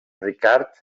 ricard